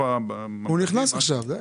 אני